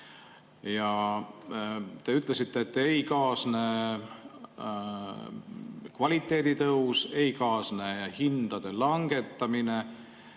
Te ütlesite, et ei kaasne kvaliteedi tõus, ei kaasne hindade langetamine.